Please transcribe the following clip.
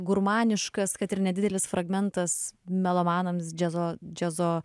gurmaniškas kad ir nedidelis fragmentas melomanams džiazo džiazo